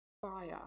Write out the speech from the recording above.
fire